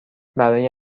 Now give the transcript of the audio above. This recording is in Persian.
برای